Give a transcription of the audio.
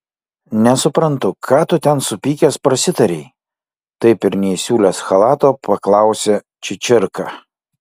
nesuprantu ką tu ten supykęs prasitarei taip ir neįsiūlęs chalato paklausė čičirka